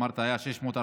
אמרת שהיה 640,